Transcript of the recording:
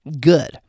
good